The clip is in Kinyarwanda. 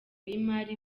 y’imari